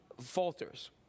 falters